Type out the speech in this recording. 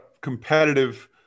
competitive